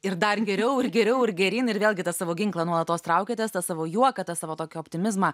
ir dar geriau ir geriau ir geryn ir vėlgi tą savo ginklą nuolatos traukitės tą savo juoką tą savo tokį optimizmą